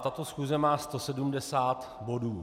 Tato schůze má 170 bodů.